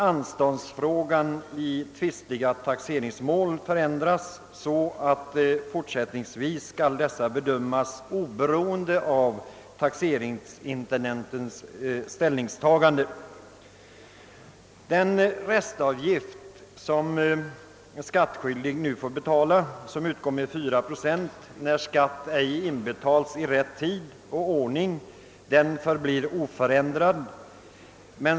Reglerna för anstånd i tvistiga taxeringsmål ändras, så att dessa fortsättningsvis skall bedömas oberoende av taxeringsintendentens ställningstagande. Den restavgift som den skattskyldige nu får betala och som utgår med 4 procent när skatt ej inbetalts i rätt tid och ordning förblir oförändrad.